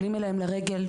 עולים אליהם לרגל,